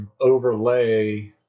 overlay